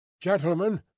gentlemen